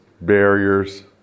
barriers